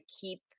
keep